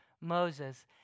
Moses